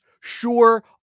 sure